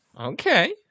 Okay